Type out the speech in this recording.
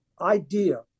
idea